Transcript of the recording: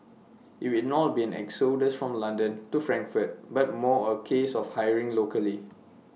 IT will not be an exodus from London to Frankfurt but more A case of hiring locally